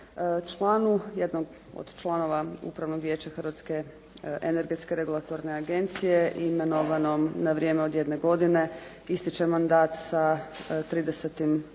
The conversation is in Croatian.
Članu, jednog od članova Upravnog vijeća Hrvatske energetske regulatorne agencije imenovanom na vrijeme od jedne godine istječe mandat sa 30. rujna